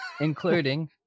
including